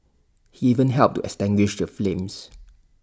he even helped to extinguish the flames